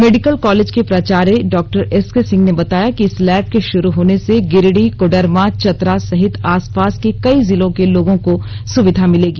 medical college के प्राचार्य डॉ एसके सिंह ने बताया कि इस लैब के शुरू होने से गिरिडीह कोडरमा चतरा सहित आसपास के कई जिलों के लोगों को सुविधा मिलेगी